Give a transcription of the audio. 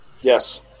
Yes